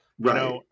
Right